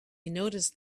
noticed